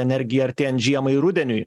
energija artėjant žiemai rudeniui